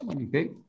Okay